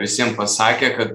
visiem pasakė kad